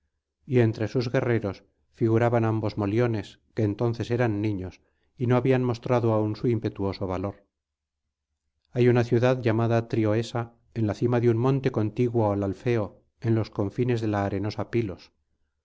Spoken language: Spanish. y entre sus guerreros figuraban ambos moliones que entonces eran niños y no habían mostrado aún su impetuoso valor hay una ciudad llamada trioesa en la cima de un monte contiguo al alfeo en los confines de la arenosa pilos